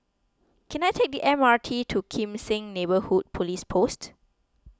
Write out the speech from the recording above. can I take the M R T to Kim Seng Neighbourhood Police Post